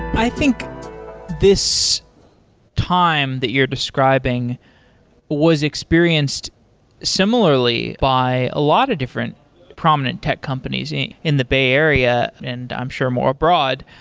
i think this time that you're describing was experienced similarly by a lot of different prominent tech companies in the bay area, and i'm sure more abroad,